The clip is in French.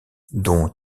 dont